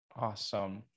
awesome